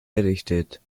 errichtet